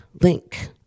link